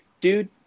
Dude